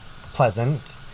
pleasant